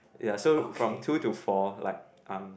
ya so from two to four like I'm